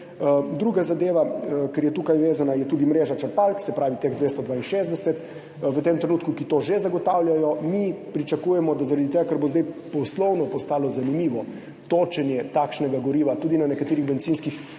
Druga zadeva, ki je tukaj povezana, je tudi mreža črpalk, se pravi v tem trenutku teh 262, ki to že zagotavljajo. Mi pričakujemo, da zaradi tega, ker bo zdaj postalo poslovno zanimivo točenje takšnega goriva tudi na nekaterih bencinskih